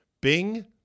bing